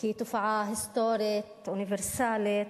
כתופעה היסטורית, אוניברסלית,